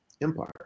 empire